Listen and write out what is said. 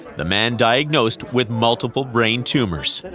the man diagnosed with multiple brain tumours.